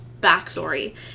backstory